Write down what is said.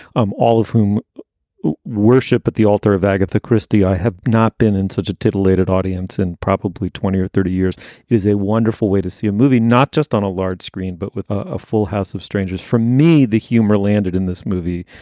um all of whom worship at the altar of agatha christie, i have not been in such a titillated audience and probably twenty or thirty years is a wonderful way to see a movie, not just on a large screen, but with a full house of strangers. for me, the humor landed in this movie.